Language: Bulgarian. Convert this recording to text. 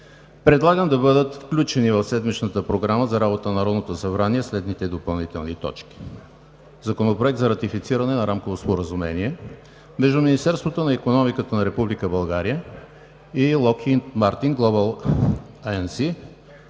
предлагам да бъдат включени в седмичната програма за работа на Народното събрание следните допълнителни точки: Законопроект за ратифициране на Рамково споразумение между Министерството на икономиката на Република България и Lockheed Martin